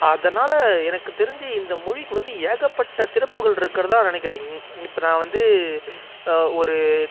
அதனால் எனக்கு தெரிஞ்சு இந்த மொழிக்கு வந்து ஏகப்பட்ட சிறப்புகள் இருக்கிறதா நினைக்கிறேன் இங் இப்போ நான் வந்து ஒரு